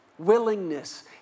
Willingness